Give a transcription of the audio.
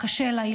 קשה לה,